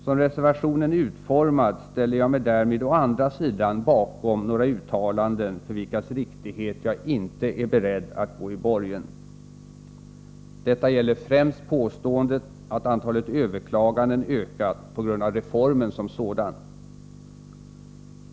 Som reservationen är utformad ställer jag mig därmed å andra sidan bakom några uttalanden för vilkas riktighet jag inte är beredd att gå i borgen. Detta gäller främst påståendet att antalet överklaganden ökat på grund av reformen som sådan.